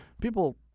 People